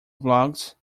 bloggs